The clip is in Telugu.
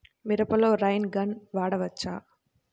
మిరపలో రైన్ గన్ వాడవచ్చా?